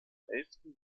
elften